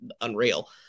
unreal